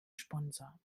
sponsor